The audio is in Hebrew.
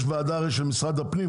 יש וועדה הרי של משרד הפנים,